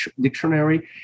dictionary